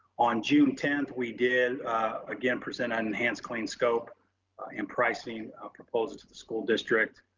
on june tenth, we did again, present an enhanced clean scope in pricing proposal to the school district.